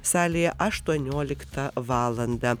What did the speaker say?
salėje aštuonioliktą valandą